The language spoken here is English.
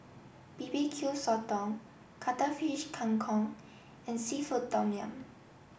B B Q Sotong Cuttlefish Kang Kong and Seafood Tom Yum